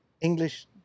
English